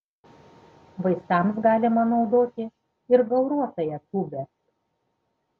vaistams galima naudoti ir gauruotąją tūbę